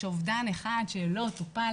יש אובדן אחד שלא טופל,